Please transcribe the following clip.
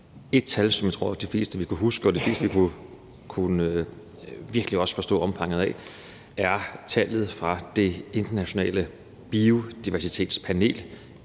et tal, som jeg tror de fleste vil kunne huske og de fleste virkelig vil kunne forstå omfanget af, er tallet fra det internationale biodiversitetspanel,